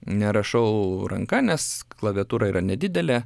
nerašau ranka nes klaviatūra yra nedidelė